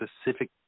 specific